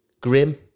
grim